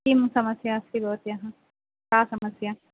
किं समस्या अस्ति भवत्याः का समस्या